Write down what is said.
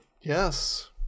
Yes